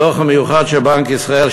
הדוח המיוחד של בנק ישראל,